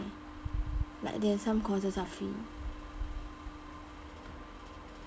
like they have some courses are free